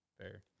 fair